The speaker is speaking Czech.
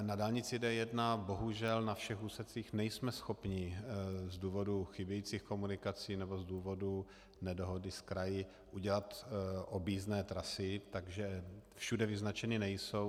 Na dálnici D1 bohužel na všech úsecích nejsme schopni z důvodu chybějících komunikací nebo z důvodu nedohody s kraji udělat objízdné trasy, takže všude vyznačeny nejsou.